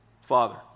Father